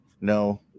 No